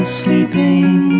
sleeping